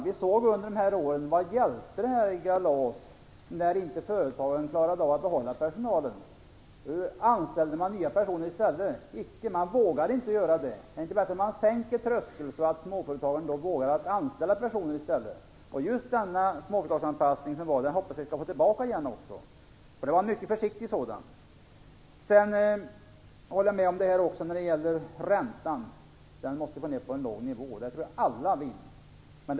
Vad hjälpte LAS när företagen inte klarade av att behålla personal? Anställde man nya personer i stället? Icke! Man vågade inte göra det. Är det inte bättre att man sänker tröskeln, så att småföretagen vågar anställa personer i stället? Jag hoppas att just den småföretagsanpassning som gjordes då och som var mycket försiktig kommer tillbaka igen. Jag håller med om att räntan måste gå ned till en låg nivå. Jag tror att alla vill det.